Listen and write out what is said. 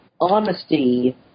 honesty